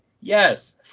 Yes